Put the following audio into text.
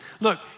Look